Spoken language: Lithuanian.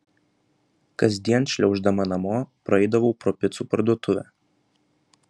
kasdien šliauždama namo praeidavau pro picų parduotuvę